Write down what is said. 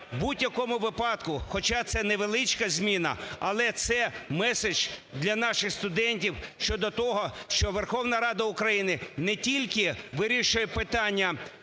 будь-якому випадку, хоча це невеличка зміна, але це меседж для наших студентів щодо того, що Верховна Рада України не тільки вирішує питання